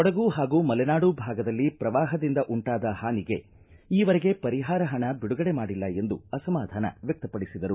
ಕೊಡಗು ಹಾಗೂ ಮಲೆನಾಡು ಭಾಗದಲ್ಲಿ ಪ್ರವಾಹದಿಂದ ಉಂಟಾದ ಹಾನಿಗೆ ಈ ವರೆಗೆ ಪರಿಹಾರ ಹಣ ಬಿಡುಗಡೆ ಮಾಡಿಲ್ಲ ಎಂದು ಅಸಮಾಧಾನ ವ್ಯಕ್ತಪಡಿಸಿದರು